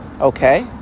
okay